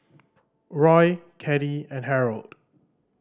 Roy Caddie and Harold